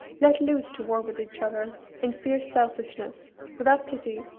let loose to war with each other in fierce selfishness, without pity,